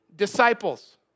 disciples